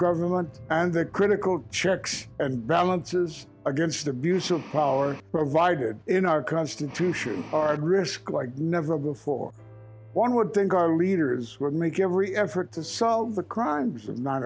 government and the critical checks and balances against abuse of power provided in our constitution and risk like never before one would think our leaders will make every effort to solve the crimes of nine